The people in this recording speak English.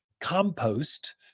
compost